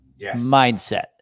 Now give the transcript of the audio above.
mindset